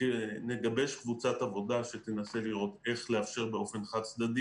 נגבש קבוצת עבודה שתנסה לראות איך לאפשר באופן חד צדדי